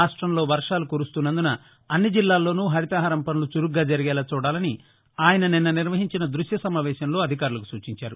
రాష్టంలో వర్వాలు కురుస్తున్నందున అన్ని జిల్లాల్లోనూ హరితహారం పనులు చురుగ్గా జరిగేలా చూడాలని ఆయన నిన్న నిర్వహించిన దృశ్య సమావేశంలో అధికారులకు సూచించారు